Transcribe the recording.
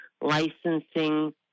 licensing